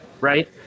right